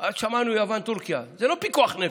שמענו על יוון, טורקיה, זה לא פיקוח נפש,